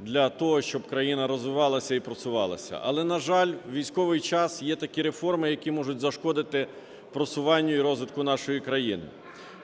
для того, щоб країна розвивалася і просувалася. Але, на жаль, у військовий час є такі реформи, які можуть зашкодити просуванню і розвитку нашої країни.